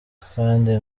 kandi